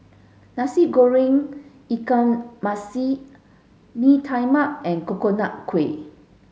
Nasi Goreng Ikan Masin Bee Tai Mak and Coconut Kuih